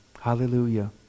Hallelujah